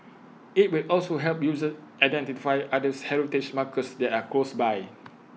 IT will also help users identify others heritage markers that are close by